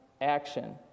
action